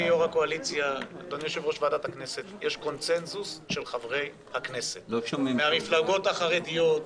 על החוק הזה יש קונצנזוס של חברי הכנסת מהמפלגות החרדיות,